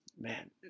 man